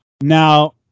Now